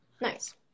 nice